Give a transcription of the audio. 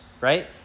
right